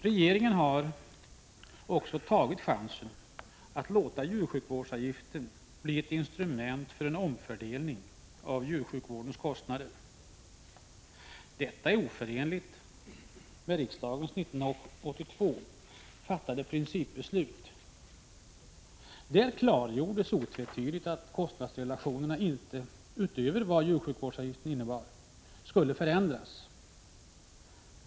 Regeringen har också tagit chansen att låta djursjukvårdsavgiften bli ett instrument för en omfördelning av djursjukvårdens kostnader. Detta är oförenligt med riksdagens år 1982 fattade principbeslut. Där klargjordes otvetydigt att kostnadsrelationerna inte, utöver vad djursjukvårdsavgiften innebar, skulle förändras.